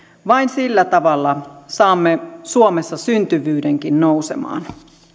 vain sillä tavalla saamme suomessa syntyvyydenkin nousemaan